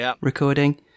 recording